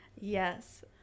Yes